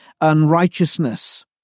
unrighteousness